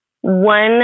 one